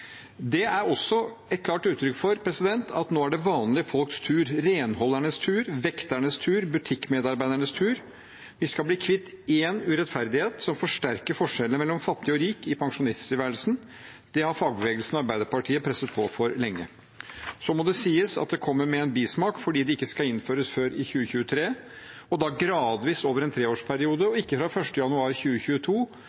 Det er også et klart uttrykk for at nå er det vanlige folks tur – renholdernes tur, vekternes tur, butikkmedarbeidernes tur. Vi skal bli kvitt en urettferdighet som forsterker forskjellene mellom fattig og rik i pensjonisttilværelsen. Det har fagbevegelsen og Arbeiderpartiet presset på for lenge. Så må det sies at det kommer med en bismak, fordi det ikke skal innføres før i 2023, og da gradvis over en treårsperiode og